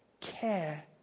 care